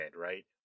right